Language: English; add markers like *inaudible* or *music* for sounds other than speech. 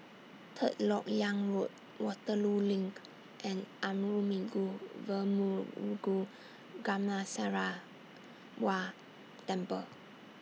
Third Lok Yang Road Waterloo LINK and Arulmigu *unintelligible* Gamasarawa Temple